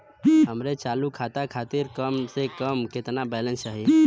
हमरे चालू खाता खातिर कम से कम केतना बैलैंस चाही?